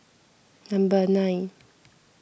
number nine